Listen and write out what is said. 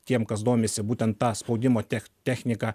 tiem kas domisi būtent ta spaudimo tech technika